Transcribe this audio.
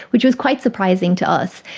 which was quite surprising to us,